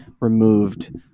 removed